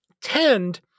tend